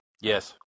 Yes